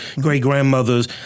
great-grandmothers